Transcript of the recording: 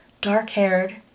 dark-haired